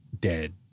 dead